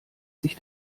sich